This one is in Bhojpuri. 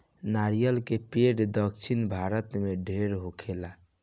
नरियर के पेड़ दक्षिण भारत में ढेर होखेला